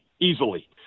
Easily